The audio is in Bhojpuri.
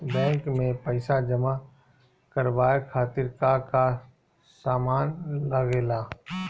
बैंक में पईसा जमा करवाये खातिर का का सामान लगेला?